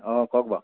অঁ কওক বাৰু